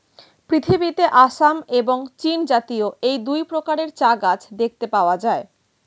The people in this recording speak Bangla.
পৃথিবীতে আসাম এবং চীনজাতীয় এই দুই প্রকারের চা গাছ দেখতে পাওয়া যায়